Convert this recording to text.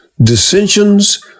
dissensions